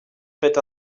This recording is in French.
faites